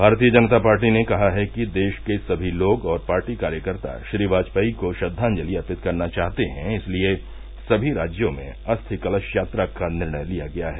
भारतीय जनता पार्टी ने कहा है कि देश के सभी लोग और पार्टी कार्यकर्ता श्री वाजपेयी को श्रद्वांजलि अर्पित करना चाहते हैं इसीलिए सभी राज्यों में अस्थि कलरा यात्रा का निर्णय लिया गया है